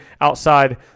outside